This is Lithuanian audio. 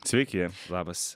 sveiki labas